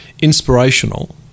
inspirational